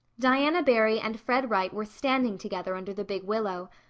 diana barry and fred wright were standing together under the big willow.